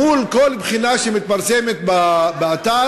מול כל בחינה שמתפרסמת באתר,